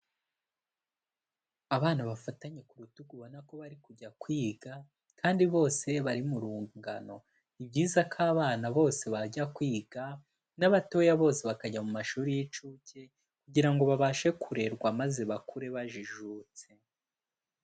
Abana bafatanye ku rutugu ubona ko bari kujya kwiga kandi bose bari mu rungano, ni byiza ko abana bose bajya kwiga n'abatoya bose bakajya mu mashuri y'inshuke kugira ngo babashe kurerwa maze bakure bajijutse.